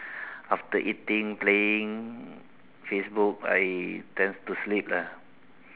after eating playing Facebook I tend to sleep lah